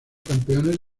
campeones